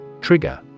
Trigger